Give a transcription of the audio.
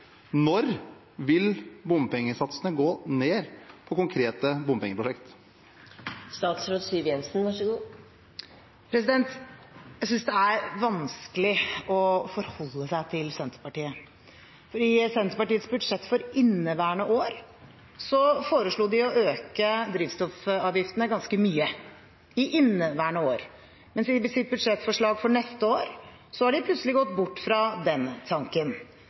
når vil bompengesatsene gå ned på konkrete bompengeprosjekt? Jeg synes det er vanskelig å forholde seg til Senterpartiet, for i Senterpartiets budsjett for inneværende år foreslo de å øke drivstoffavgiftene ganske mye – i inneværende år – mens de i sitt budsjettforslag for neste år plutselig har gått bort fra den tanken.